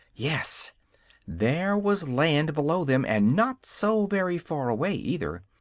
yes there was land below them and not so very far away, either.